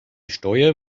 steuer